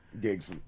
gigs